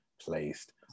placed